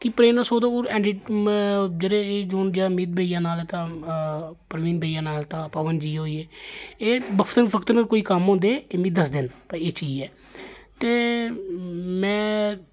कि प्रेरना स्रोत होर एन डी जेह्ड़े अमित एह् भैया नाल प्रवीण भैया नाल ता प्रवीण भैया नाल ता पवन जी होई गे एह् बक्त न बक्त कोई कम्म होंदे एह् मिगी दसदे न फ्ही एह् चीज ऐ ते में